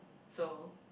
so